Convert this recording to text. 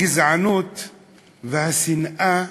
הגזענות והשנאה,